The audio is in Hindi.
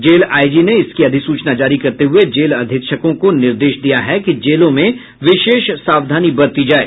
जेल आईजी ने इसकी अधिसूचना जारी करते हुये जेल अधीक्षकों को निर्देश दिया है कि जेलों में विशेष सवाधानी बरती जाये